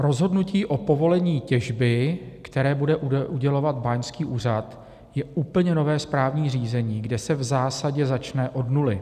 Rozhodnutí o povolení těžby, které bude udělovat báňský úřad, je úplně nové správní řízení, kde se v zásadě začne od nuly.